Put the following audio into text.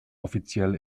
offiziell